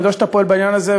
אני יודע שאתה פועל בעניין הזה,